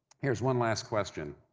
here's one last question.